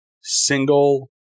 single